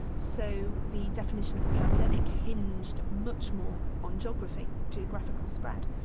so the definition of a pandemic hinged much more on geography, geographical spread.